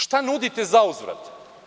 Šta nudite zauzvrat?